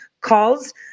calls